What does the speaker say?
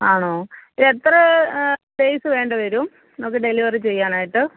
ആണോ എത്ര ഡേയ്സ് വേണ്ടി വരും നമുക്ക് ഡെലിവറി ചെയ്യാനായിട്ട്